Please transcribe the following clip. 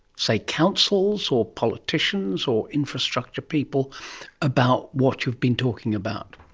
say, councils or politicians or infrastructure people about what you've been talking about?